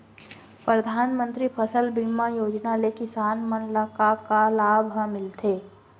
परधानमंतरी फसल बीमा योजना ले किसान मन ला का का लाभ ह मिलथे?